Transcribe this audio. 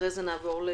גברתי